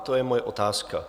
To je moje otázka.